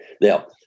Now